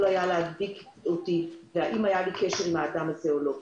היה להדביק אותי והאם היה לי קשר איתו או לא.